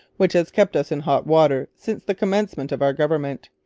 which has kept us in hot water since the commencement of our government.